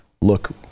look